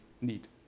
need